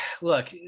look